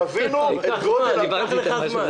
תבינו את גודל הבעיה.